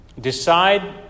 Decide